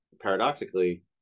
Paradoxically